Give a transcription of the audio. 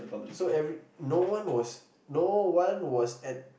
so every no one was no one was at